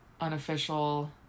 unofficial